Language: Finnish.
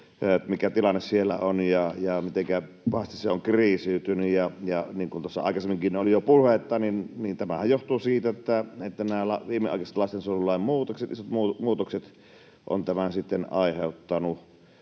mikä tilanne siellä on ja mitenkä pahasti se on kriisiytynyt. Niin kuin tuossa aikaisemminkin oli jo puhetta, niin tämähän johtuu siitä, että nämä viimeaikaiset lastensuojelulain muutokset, isot muutokset, ovat tämän aiheuttaneet.